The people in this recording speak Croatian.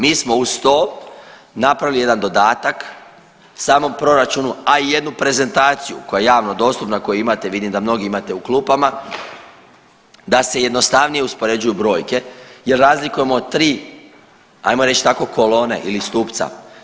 Mi smo uz to napravili jedan dodatak samom proračunu, a i jednu prezentaciju koja je javno dostupna, koju imate, vidim da mnogi imate u klupama da se jednostavnije uspoređuju brojke, jer razlikujemo tri hajmo reći tako kolone ili stupca.